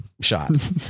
shot